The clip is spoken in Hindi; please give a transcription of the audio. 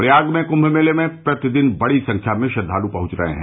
प्रयागराज में कुंम मेले में प्रतिदिन बड़ी संख्या में श्रद्वालु पहुंच रहे हैं